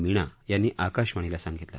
मीणा यांनी आकाशवाणीला सांगितलं